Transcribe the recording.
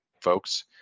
folks